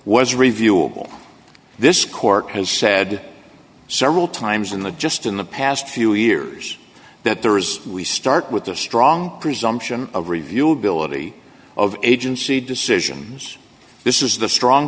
was reviewable this court has said several times in the just in the past few years that there is we start with a strong presumption of review ability of agency decisions this is the strong